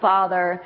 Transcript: Father